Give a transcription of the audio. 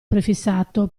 prefissato